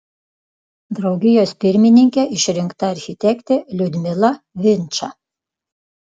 draugijos pirmininke išrinkta architektė liudmila vinča